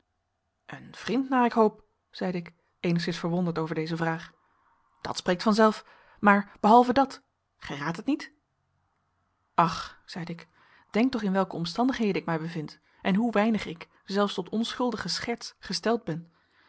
een vriend naar ik hoop zeide ik eenigszins verwonderd over deze vraag dat spreekt vanzelf maar hehalve dat gij raadt het niet ach zeide ik denk toch in welke omstandigheden ik mij bevind en hoe weinig ik zelfs tot onschuldige scherts gesteld ben